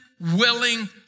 willing